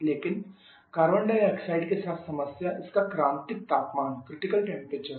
लेकिन carbon dioxide के साथ समस्या इसका क्रांतिक तापमान बहुत कम है